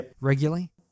regularly